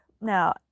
now